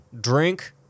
drink